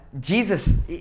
Jesus